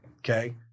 Okay